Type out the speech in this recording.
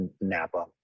Napa